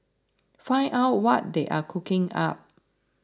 find out what they are cooking up